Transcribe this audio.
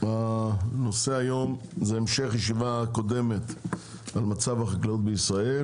הנושא היום זה המשך ישיבה קודמת על מצב החקלאות בישראל